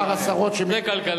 יש מספר עשרות, זו כלכלה.